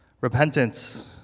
Repentance